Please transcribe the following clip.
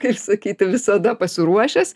kaip sakyti visada pasiruošęs